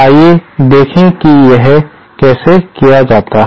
आइए देखें कि यह कैसे किया जाता है